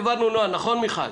העברנו נוהל, נכון, מיכל?